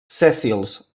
sèssils